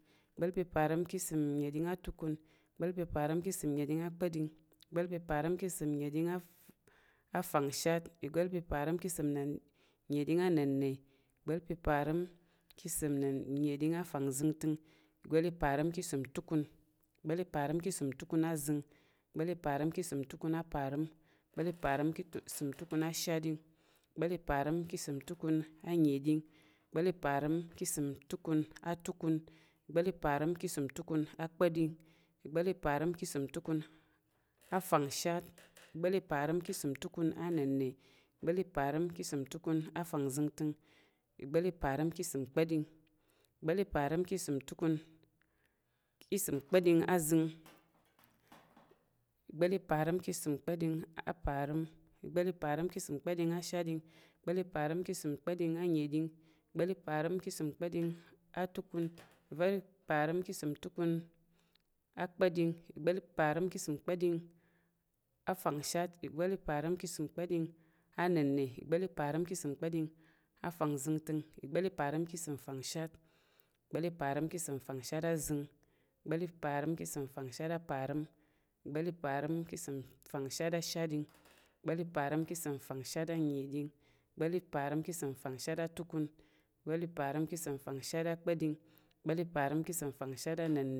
Ìgba̱l pa̱ parəm ka̱ ìsəm nnəɗing atukun, ìgba̱l pa̱ parəm ka̱ ìsəm nnəɗing akpa̱ɗing, ìgba̱l pa̱ parəm ka̱ ìsəm nnəɗing "at" afangshat, ìgba̱l pa̱ parəm ka̱ ìsəm nnəɗing anənna̱, ìgba̱l pa̱ parəm ka̱ ìsəm nnəɗing afangzəngtəng, ìgba̱l pa̱ parəm ka̱ ìsəm ntukun, ìgba̱l pa̱ parəm ka̱ ìsəm tukun azəng, ìgba̱l pa̱ parəm ka̱ ìsəm tukun apar, ìgba̱l pa̱ parəm ka̱ ìsəm tukun ashat, ìgba̱l pa̱ parəm ka̱ ìsəm tukun anənɗing, ìgba̱l pa̱ parəm ka̱ ìsəm tukun atukun, ìgba̱l pa̱ parəm ka̱ ìsəm tukun akpa̱ɗing, ìgba̱l pa̱ parəm ka̱ ìsəm tukun afangshat, ìgba̱l pa̱ parəm ka̱ ìsəm tukun annəna̱, ìgba̱l pa̱ parəm ka̱ ìsəm tukun afangzəngtəng, ìgba̱l pa̱ parəm ka̱ ìsəm kpa̱ɗing, ìgba̱l pa̱ parəm ka̱ ìsəm kpa̱ɗing azəng, ìgba̱l pa̱ parəm ka̱ ìsəm kpa̱ɗing aparəm, ìgba̱l pa̱ parəm ka̱ ìsəm kpa̱ɗing ashatɗing, ìgba̱l pa̱ parəm ka̱ ìsəm kpa̱ɗing anənɗing, ìgba̱l pa̱ parəm ka̱ ìsəm kpa̱ɗing atukun, ìgba̱l pa̱ parəm ka̱ ìsəm kpa̱ɗing akpa̱ɗing, ìgba̱l pa̱ parəm ka̱ ìsəm kpa̱ɗing afangshat, ìgba̱l pa̱ parəm ka̱ ìsəm kpa̱ɗing anənna̱, ìgba̱l pa̱ parəm ka̱ ìsəm kpa̱ɗing afangzəngtəng, ìgba̱l pa̱ parəm ka̱ ìsəm fangshat, ìgba̱l pa̱ parəm ka̱ ìsəm fangshat azəng, ìgba̱l pa̱ parəm ka̱ ìsəm fangshat aparəm, ìgba̱l pa̱ parəm ka̱ ìsəm fangshat ashatɗing, ìgba̱l pa̱ parəm ka̱ ìsəm fangshat manəɗing, ìgba̱l pa̱ parəm ka̱ ìsəm fangshat atukun, ìgba̱l pa̱ parəm ka̱ ìsəm fangshat akpa̱ɗing, ìgba̱l pa̱ parəm ka̱ ìsəm fangshat afangshat, ìgba̱l pa̱ parəm ka̱ ìsəm fangshat anənna̱, ìgba̱l pa̱ parəm ka̱ ìsəm fangshat afangzəngtəng, ìgba̱l pa̱ parəm ka̱ ìsəm nənna̱, ìgba̱l pa̱ parəm ka̱ ìsəm nənna̱ azəng, ìgba̱l pa̱ parəm ka̱ ìsəm nənna̱ ashatɗing, ìgba̱l pa̱ parəm ka̱ ìsəm nənna̱ anəɗing, ìgba̱l pa̱ parəm ka̱ ìsəm nənna̱ atukun, ìgba̱l pa̱ parəm ka̱ ìsəm nənna̱ akpa̱ɗing, ìgba̱k pa̱ parəm ka̱ ìsəm nənna̱ afangshat, ìgba̱l pa̱ parəm ka̱ ìsəm nənna̱ anŋna̱, ìgba̱l pa̱ parəm ka̱ ìsəm nənna̱ azəng, ìgba̱l pa̱ parəm ka̱ ìsəm nənna̱ ashat, ìgba̱l pa̱ parəm ka̱ ìsəm nənna̱ anəɗing, ìgba̱l pa̱ parəm ka̱ ìsəm nənna̱ atukun, ìgba̱l pa̱ parəm ka̱ ìsəm nənna̱ akpa̱ɗing, ìgba̱l pa̱ parəm ka̱ ìsəm nənna̱ afangshat, ìgba̱l pa̱ parəm ka̱ ìsəm nənna̱ anənna̱, ìgba̱l pa̱ parəm ka̱ ìsəm nənna̱ afangzəngtəng,.